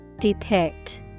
Depict